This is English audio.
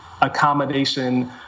accommodation